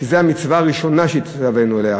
וזאת המצווה הראשונה שנצטווינו עליה.